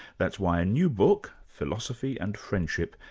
that's why a new book, philosophy and friendship,